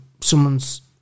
someone's